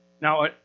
Now